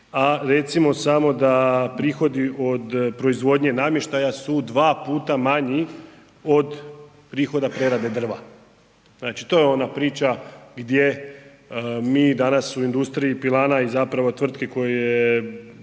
a recimo samo da prihodi od proizvodnje namještaja su dva puta manji od prihoda prerade drva. Znači to je ona priča gdje mi danas u industriji pilana i zapravo tvrtki koje